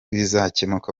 bizakemuka